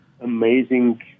amazing